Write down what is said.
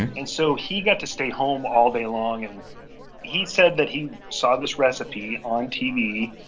and and so he got to stay home all day long. and he said that he saw this recipe on tv.